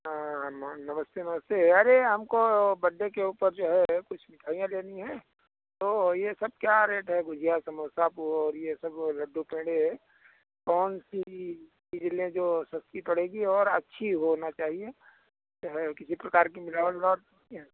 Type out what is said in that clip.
हाँ हनुमान नमस्ते नमस्ते अरे हमको बडे के ऊपर जो है कुछ मिठाइयां लेनी है तो ये सब क्या रेट है गुजिया समोसा और ये सब लड्डू पेड़े कौन सी चीज लें जो सस्ती पड़ेगी और अच्छी होना चाहिए किसी प्रकार की मिलावट उलावट नहीं है